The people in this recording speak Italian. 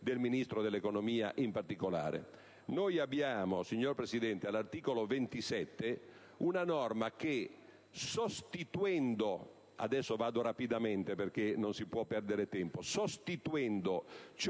del Ministro dell'economia in particolare. Noi abbiamo, signor Presidente, all'articolo 27, una norma che, sostituendo ciò